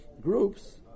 groups